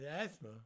asthma